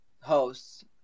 hosts